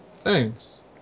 Thanks